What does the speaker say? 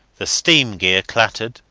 the steam gear clattered,